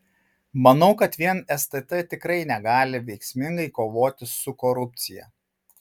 manau kad vien stt tikrai negali veiksmingai kovoti su korupcija